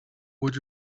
would